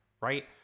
right